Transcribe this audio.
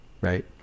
right